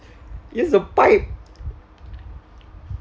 it has a pipe